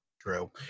True